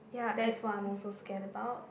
that's what I'm also scared about